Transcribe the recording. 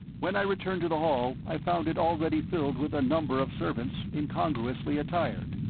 when i returned to the hall i found it already filled with a number of servants incongruously attired.